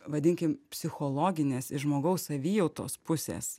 vadinkim psichologinės iš žmogaus savijautos pusės